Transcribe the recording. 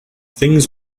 things